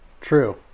True